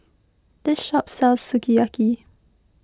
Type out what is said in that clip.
this shop sells Sukiyaki